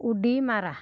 उडी मारा